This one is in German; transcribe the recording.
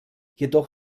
jedoch